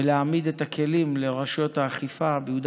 ולהעמיד את הכלים לרשויות האכיפה ביהודה